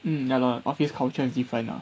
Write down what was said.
mm ya lah office culture is different lah